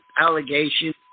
allegations